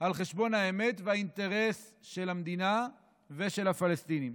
על חשבון האמת והאינטרס של המדינה ושל הפלסטינים.